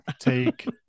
take